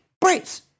Brace